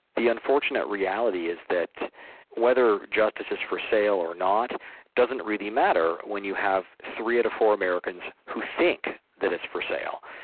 the unfortunate reality is that whether justice is for sale or not doesn't really matter when you have three out of four americans who think that it's for sale.